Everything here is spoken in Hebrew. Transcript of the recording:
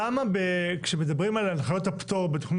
למה כשמדברים על הנחיות הפטור בתכנון